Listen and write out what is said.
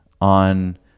on